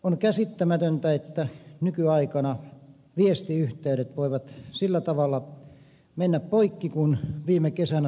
on käsittämätöntä että nykyaikana viestiyhteydet voivat sillä tavalla mennä poikki kuin viime kesänä tapahtui